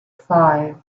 five